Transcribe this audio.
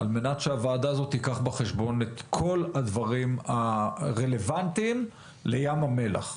על מנת שהוועדה הזאת תיקח בחשבון את כל הדברים הרלוונטיים לים המלח,